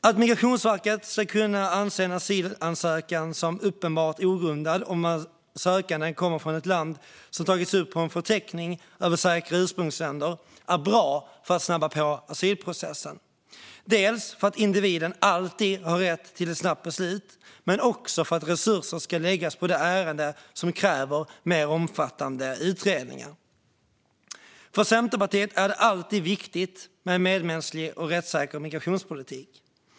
Att Migrationsverket ska kunna anse en asylansökan vara uppenbart ogrundad om sökanden kommer från ett land som har tagits upp på en förteckning över säkra ursprungsländer är bra eftersom det snabbar på asylprocessen. Individen har alltid rätt till ett snabbt beslut, men resurser ska också läggas på de ärenden som kräver mer omfattande utredningar. För Centerpartiet är det alltid viktigt med en medmänsklig och rättssäker migrationspolitik.